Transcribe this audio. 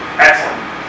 Excellent